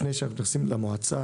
לפני שאנחנו מתייחסים למועצה,